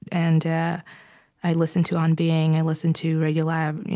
and i listen to on being i listen to radiolab.